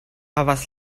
havis